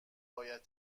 باید